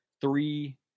three